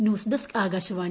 news desk Akashvani